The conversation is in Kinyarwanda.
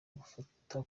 gufata